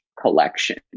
collection